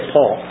Paul